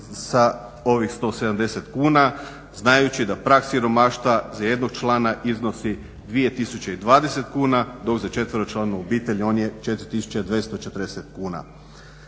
sa ovih 170 kuna, znajući da prag siromaštva za jednog člana iznosi 2020 kuna dok za 4-članu obitelj on je 4240 kuna.